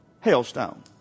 hailstone